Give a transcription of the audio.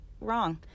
wrong